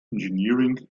engineering